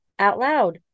OUTLOUD